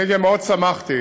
גם מאוד שמחתי